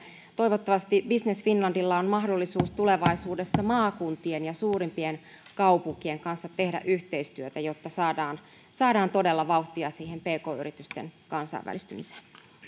toivottavasti business finlandilla on mahdollisuus tulevaisuudessa maakuntien ja suurimpien kaupunkien kanssa tehdä yhteistyötä jotta saadaan saadaan todella vauhtia pk yritysten kansainvälistymiseen